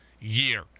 year